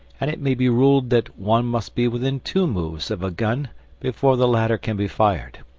and it may be ruled that one must be within two moves of a gun before the latter can be fired.